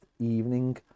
evening